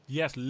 yes